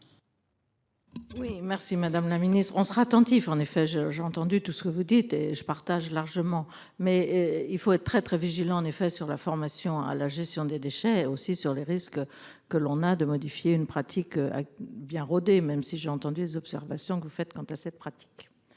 Oui merci madame la ministre. On sera attentif, en effet je j'ai entendu tout ce que vous dites et je partage largement mais il faut être très très vigilant en effet sur la formation à la gestion des déchets aussi sur les risques que l'on a de modifier une pratique. Bien rodée, même si j'ai entendu les observations que vous faites. Quant à cette pratique.